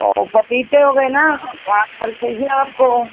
तो पपीते हो गए ना पाँच फल चाहिए आपको